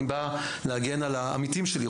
אני בא להגן על העמיתים שלי,